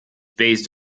based